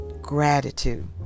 gratitude